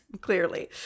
clearly